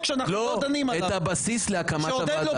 אנחנו נדבר עליהן ברמה העקרונית,